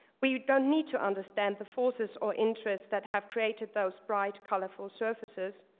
we don't need to understand the forces or interests that have created those bright, colorful surfaces.